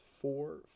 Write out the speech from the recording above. four